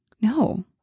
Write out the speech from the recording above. no